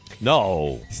No